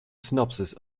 synopsis